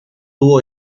tuvo